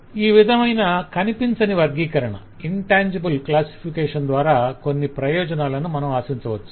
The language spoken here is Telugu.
ఈ విధమైన అప్రత్యక్ష వర్గీకరణ ద్వారా కొన్ని ప్రయోజనాలను మనం ఆశించవచ్చు